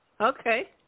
Okay